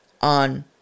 on